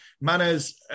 Manners